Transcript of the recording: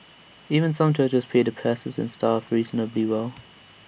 even some churches pay the pastors and staff reasonably well